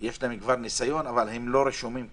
יש להם כבר ניסיון אבל הם לא רשומים.